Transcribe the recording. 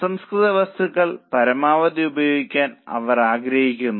അസംസ്കൃത വസ്തുക്കൾ പരമാവധി ഉപയോഗിക്കാൻ അവർ ആഗ്രഹിക്കുന്നു